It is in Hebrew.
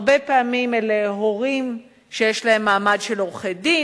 והרבה פעמים אלה הורים שיש להם מעמד של עורכי-דין,